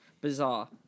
Bizarre